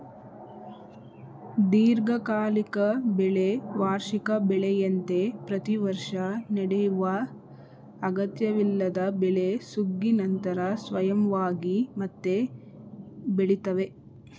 ದೀರ್ಘಕಾಲಿಕ ಬೆಳೆ ವಾರ್ಷಿಕ ಬೆಳೆಯಂತೆ ಪ್ರತಿವರ್ಷ ನೆಡುವ ಅಗತ್ಯವಿಲ್ಲದ ಬೆಳೆ ಸುಗ್ಗಿ ನಂತರ ಸ್ವಯಂವಾಗಿ ಮತ್ತೆ ಬೆಳಿತವೆ